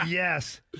Yes